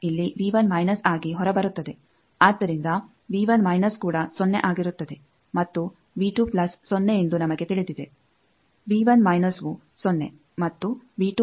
ಆದ್ದರಿಂದ ಕೂಡ ಸೊನ್ನೆ ಆಗಿರುತ್ತದೆ ಮತ್ತು ಸೊನ್ನೆ ಎಂದು ನಮಗೆ ತಿಳಿದಿದೆ ವು ಸೊನ್ನೆ ಮತ್ತು ಅಂದರೆ ನಮ್ಮಲ್ಲಿ ಇದೆ